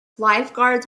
lifeguards